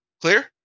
Clear